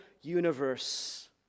universe